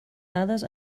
dades